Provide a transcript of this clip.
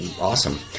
awesome